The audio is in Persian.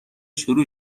شروع